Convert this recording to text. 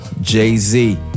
Jay-Z